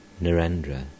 Narendra